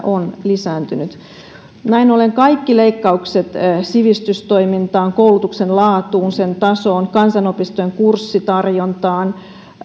on lisääntynyt näin ollen kaikki leikkaukset sivistystoimintaan koulutuksen laatuun sen tasoon kansanopistojen kurssitarjontaan